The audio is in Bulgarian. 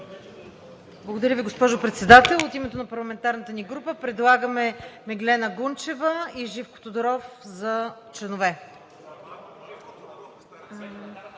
Благодаря Ви, госпожо Председател. От името на парламентарната ни група предлагаме Меглена Гунчева и Живко Табаков за членове.